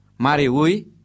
mariui